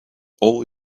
all